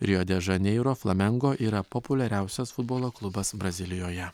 rio de žaneiro flamengo yra populiariausias futbolo klubas brazilijoje